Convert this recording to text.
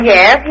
Yes